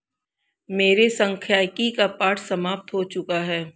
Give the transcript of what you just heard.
मेरे सांख्यिकी का पाठ समाप्त हो चुका है